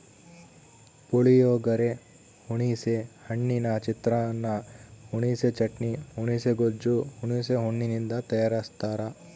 ಪುಳಿಯೋಗರೆ, ಹುಣಿಸೆ ಹಣ್ಣಿನ ಚಿತ್ರಾನ್ನ, ಹುಣಿಸೆ ಚಟ್ನಿ, ಹುಣುಸೆ ಗೊಜ್ಜು ಹುಣಸೆ ಹಣ್ಣಿನಿಂದ ತಯಾರಸ್ತಾರ